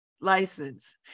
license